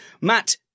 Matt